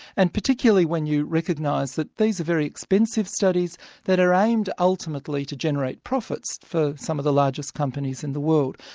and particularly when you recognise that these are very expensive studies that are aimed ultimately to generate profits for some of the largest companies in the world.